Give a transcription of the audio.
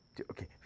okay